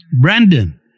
Brandon